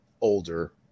older